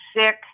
sick